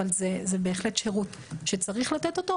אבל זה בהחלט שירות שצריך לתת אותו.